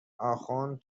آخوند